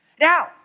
Now